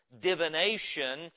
divination